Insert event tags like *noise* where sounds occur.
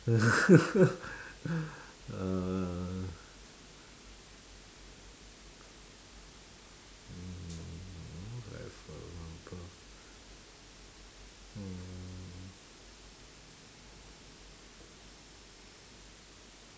*laughs* uhh no like for example um